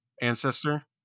ancestor